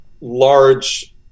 large